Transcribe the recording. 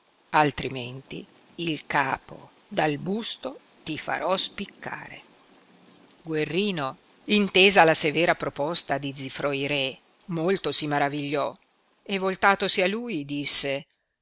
altrimenti il capo dal busto ti farò spiccare guerrino intesa la severa proposta di zifroi re molto si maravigliò e voltatosi a lui disse